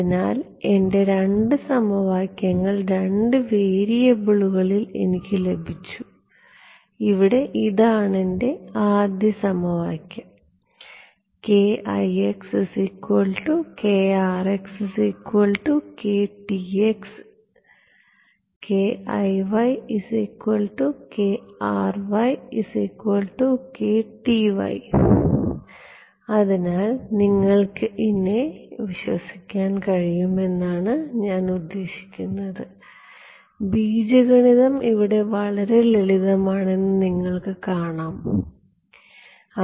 അതിനാൽ എന്റെ 2 സമവാക്യങ്ങൾ 2 വേരിയബിളുകളിൽ എനിക്ക് ലഭിച്ചു ഇവിടെ ഇതാണ് എന്റെ ആദ്യ സമവാക്യം അതിനാൽ നിങ്ങൾക്ക് എന്നെ വിശ്വസിക്കാൻ കഴിയുമെന്നാണ് ഞാൻ അർത്ഥമാക്കുന്നത് ബീജഗണിതം ഇവിടെ വളരെ ലളിതമാണെന്ന് നിങ്ങൾക്ക് കാണാൻ കഴിയും